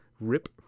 Rip